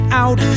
out